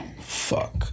Fuck